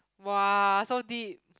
[wah] so deep